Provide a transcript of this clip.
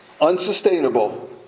unsustainable